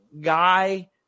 guy